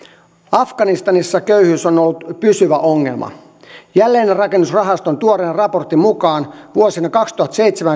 afganistanissa köyhyys on ollut pysyvä ongelma jälleenrakennusrahaston tuoreen raportin mukaan vuosina kaksituhattaseitsemän